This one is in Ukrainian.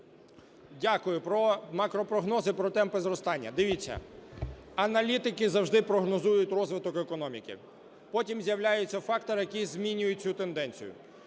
Дякую. Про макропрогнози і про темпи зростання. Дивіться, аналітики завжди прогнозують розвиток економіки. Потім з'являється фактор, який змінює цю тенденцію.